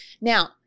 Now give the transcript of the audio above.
Now